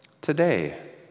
today